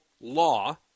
law